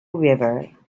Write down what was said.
river